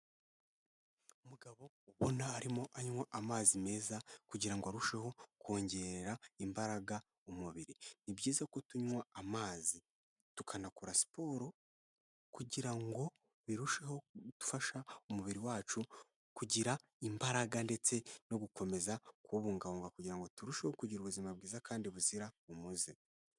Umugabo ubona arimo anywa amazi meza kugira ngo arusheho kongerarera imbaraga umubiri, ni byiza ko tunywa amazi tukanakora siporo kugira ngo birusheho gufasha umubiri wacu kugira imbaraga ndetse no gukomeza kuwubungabunga kugirango ngo turusheho kugira ubuzima bwiza kandi buzira umuze.